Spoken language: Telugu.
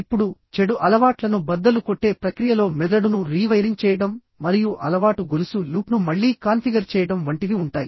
ఇప్పుడు చెడు అలవాట్లను బద్దలు కొట్టే ప్రక్రియలో మెదడును రీవైరింగ్ చేయడం మరియు అలవాటు గొలుసు లూప్ను మళ్లీ కాన్ఫిగర్ చేయడం వంటివి ఉంటాయి